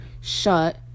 shut